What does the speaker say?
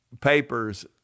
papers